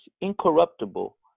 incorruptible